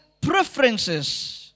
Preferences